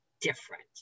different